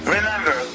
Remember